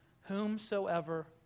whomsoever